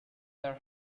their